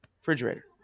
refrigerator